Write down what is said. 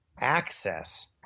access